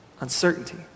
uncertainty